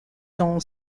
dans